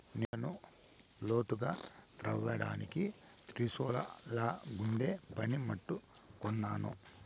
నేలను లోతుగా త్రవ్వేదానికి త్రిశూలంలాగుండే పని ముట్టు కొన్నాను